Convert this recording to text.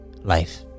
life